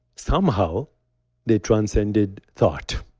somehow they transcended thought,